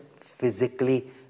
physically